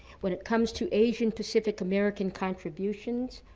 when it comes to asian-pacific american contributions,